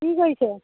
কি কৰিছে